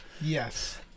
Yes